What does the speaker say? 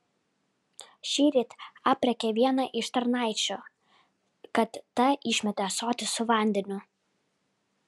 šįryt aprėkė vieną iš tarnaičių kad ta išmetė ąsotį su vandeniu